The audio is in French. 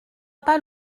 pas